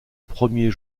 premier